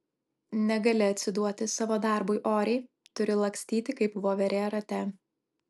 negali atsiduoti savo darbui oriai turi lakstyti kaip voverė rate